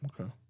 Okay